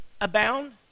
abound